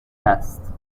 است